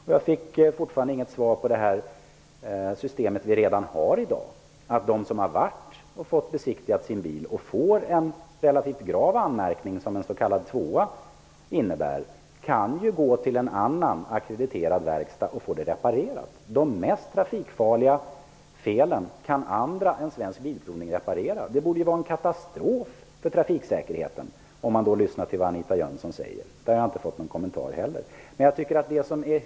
Vi har ju redan i dag ett system, där den som har besiktigat sin bil och fått en relativt grav anmärkning, vilket en tvåa innebär, kan vända sig till en annan ackrediterad verkstad och få bilen reparerad. De mest trafikfarliga felen kan andra än Svensk Bilprovning reparera. Det borde vara en katastrof för trafiksäkerheten, om man skulle lyssna till vad Anita Jönsson säger. Inte heller till detta har jag fått någon kommentar.